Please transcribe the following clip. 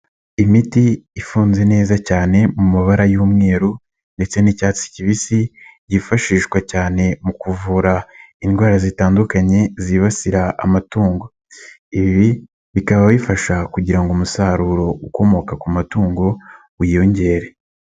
Imiti ifunze neza cyane mu mabara y'umweru ndetse n'icyatsi kibisi, yifashishwa cyane mu kuvura indwara zitandukanye zibasira amatungo. Ibi bikaba bifasha kugira ngo umusaruro ukomoka ku matungo wiyongere.